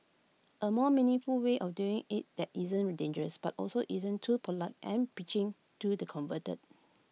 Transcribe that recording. A more meaningful way of doing IT that isn't dangerous but also isn't too polite and preaching to the converted